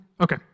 okay